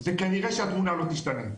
זה כנראה שהתמונה לא תשתנה.